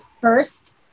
first